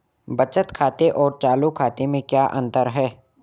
बचत खाते और चालू खाते में क्या अंतर है?